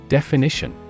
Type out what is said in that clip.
Definition